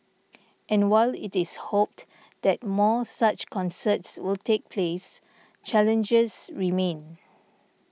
and while it is hoped that more such concerts will take place challenges remain